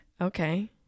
Okay